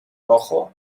rojo